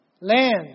Land